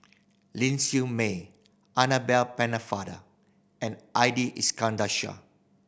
Ling Siew May Annabel Pennefather and Ali Iskandar Shah